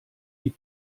die